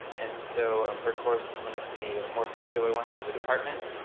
and so um her course is one of the more popular ones in the department.